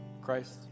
Christ